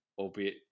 albeit